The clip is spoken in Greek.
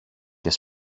και